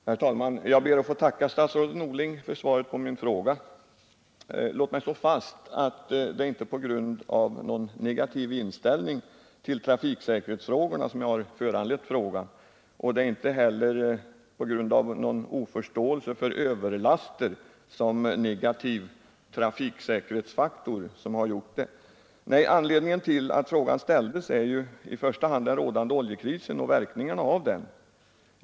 Herr talman! Jag ber att få tacka statsrådet Norling för svaret på min fråga. Låt mig slå fast att det inte är på grund av någon negativ inställning till trafiksäkerhetsfrågorna som jag har framställt frågan. Det är inte heller någon oförståelse för överlaster som negativ trafiksäkerhetsfaktor som ligger bakom den. Nej, anledningen till att frågan ställdes är i första hand den rådande oljekrisen och verkningarna av den.